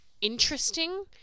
interesting